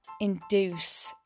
induce